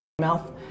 mouth